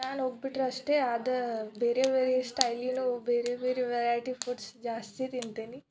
ನಾನು ಹೋಗ್ಬಿಟ್ರೆ ಅಷ್ಟೇ ಅದ ಬೇರೆ ಬೇರೆ ಸ್ಟೈಲಿನವು ಬೇರೆ ಬೇರೆ ವೆರೈಟಿ ಫುಡ್ಸ್ ಜಾಸ್ತಿ ತಿಂತೀನಿ